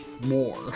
more